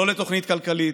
לא לתוכנית כלכלית,